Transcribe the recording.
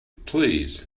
please